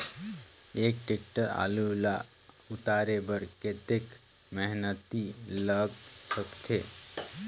एक टेक्टर आलू ल उतारे बर कतेक मेहनती लाग सकथे?